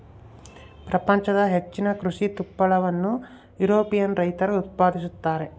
ಪ್ರಪಂಚದ ಹೆಚ್ಚಿನ ಕೃಷಿ ತುಪ್ಪಳವನ್ನು ಯುರೋಪಿಯನ್ ರೈತರು ಉತ್ಪಾದಿಸುತ್ತಾರೆ